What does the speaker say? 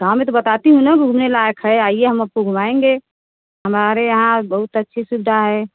गाँव में तो बताती हूँ ना घूमने लायक़ है आइए हम आपको घुमाएंगे हमारे यहाँ बहुत अच्छी सुविधा है